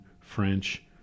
French